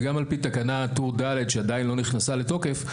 וגם על פי תקנה טור ד' שהיא עדיין לא נכנסה לתוקף,